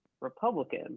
Republican